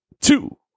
two